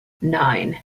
nine